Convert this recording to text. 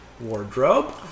wardrobe